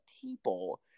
people